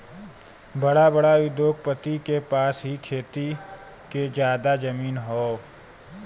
बड़ा बड़ा उद्योगपति के पास ही खेती के जादा जमीन हौ